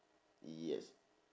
yes